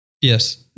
Yes